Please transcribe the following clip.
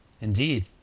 Indeed